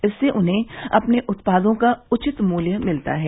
इससे उन्हें अपने उत्पादों का उचित मूल्य मिलता है